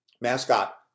Mascot